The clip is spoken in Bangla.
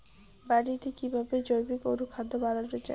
বাড়িতে কিভাবে জৈবিক অনুখাদ্য বানানো যায়?